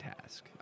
task